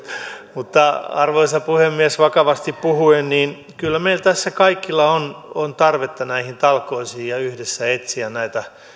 mutta arvoisa puhemies vakavasti puhuen kyllä meillä tässä kaikilla on on tarvetta näihin talkoisiin ja yhdessä etsiä näitä